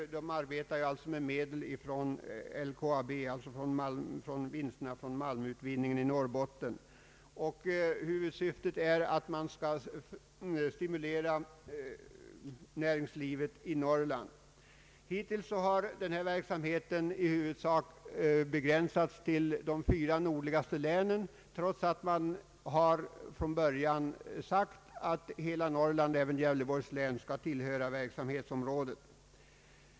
Fonden arbetar med medel från LKAB, alltså vinsterna från malmutvinningen i Norrbotten. Fondens huvudsyfte är att stimulera näringslivet i Norrland. Hittills har verksamheten i huvudsak begränsats till de fyra nordligaste länen, trots att man från början har sagt att hela Norrland — även Gävleborgs län — skulle tillhöra verksamhetsområdet.